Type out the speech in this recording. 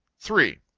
three.